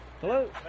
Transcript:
Hello